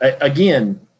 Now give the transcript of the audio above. again